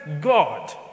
God